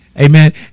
Amen